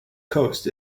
coast